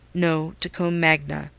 no to combe magna.